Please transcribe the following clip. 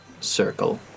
circle